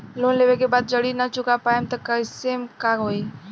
Loan लेवे के बाद जड़ी ना चुका पाएं तब के केसमे का होई?